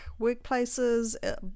workplaces